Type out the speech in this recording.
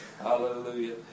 Hallelujah